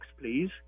please